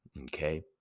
Okay